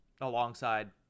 alongside